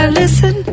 listen